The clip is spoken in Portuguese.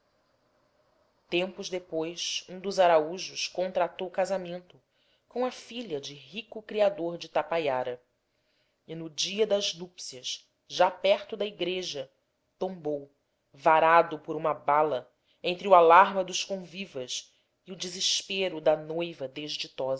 tempos depois um dos araújos contratou casamento com a filha de rico criador de tapaiara e no dia das núpcias já perto da igreja tombou varado por uma bala entre o alarma dos convivas e o desespero da noiva